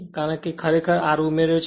કારણ કે ખરેખર r ઉમેર્યો છે